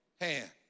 hand